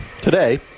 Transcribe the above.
today